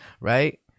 right